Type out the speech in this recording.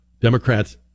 Democrats